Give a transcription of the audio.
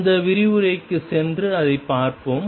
அந்த விரிவுரைக்குச் சென்று அதைப் பார்ப்போம்